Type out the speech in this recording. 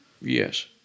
Yes